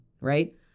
right